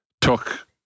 took